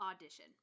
Audition